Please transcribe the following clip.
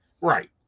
Right